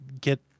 get